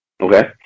Okay